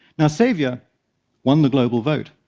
now, saviour won the global vote,